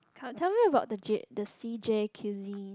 come tell me about the jade the C_J cuisine